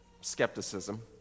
skepticism